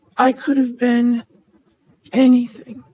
i could have been anything.